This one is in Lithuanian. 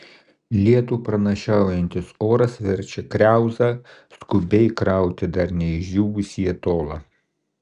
lietų pranašaujantis oras verčia kriauzą skubiai krauti dar neišdžiūvusį atolą